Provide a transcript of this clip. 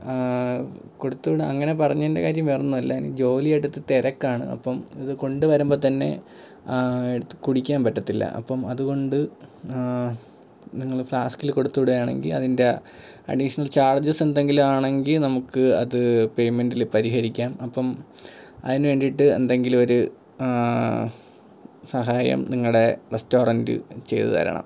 കൊടുത്തുവിടാൻ അങ്ങനെ പറഞ്ഞതിൻ്റെ കാര്യം വേറൊന്നും അല്ല എനി ജോലി എടുത്ത് തിരക്കാണ് അപ്പം ഇതുകൊണ്ട് വരുമ്പോൾത്തന്നെ എടുത്ത് കുടിക്കാൻ പറ്റത്തില്ല അപ്പം അതുകൊണ്ട് നിങ്ങൾ ഫ്ലാസ്കിൽ കൊടുത്തു വിടുകയാണെങ്കിൽ അതിൻ്റെ അഡീഷണൽ ചാർജെസ് എന്തെങ്കിലും ആണെങ്കിൽ നമുക്ക് അത് പേയ്മെൻ്റിൽ പരിഹരിക്കാം അപ്പം അതിന് വേണ്ടിയിട്ട് എന്തെങ്കിലും ഒരു സഹായം നിങ്ങളുടെ റെസ്റ്റോറൻ്റ് ചെയ്തു തരണം